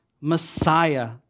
Messiah